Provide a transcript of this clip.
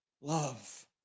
love